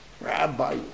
rabbi